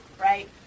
right